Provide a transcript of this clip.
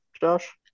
Josh